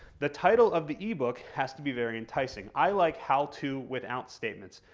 the title of the ebook has to be very enticing. i like how to without statements.